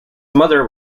mother